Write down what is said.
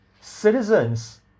citizens